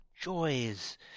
Joys